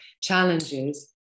challenges